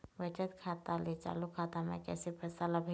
बचत खाता ले चालू खाता मे कैसे पैसा ला भेजबो?